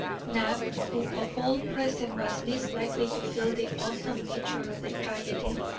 knapp, who of all present was least likely to feel the awesome nature of the tragedy,